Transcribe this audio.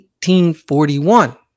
1841